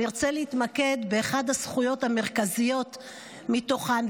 אני ארצה להתמקד באחת הזכויות המרכזיות מתוכן,